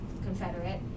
confederate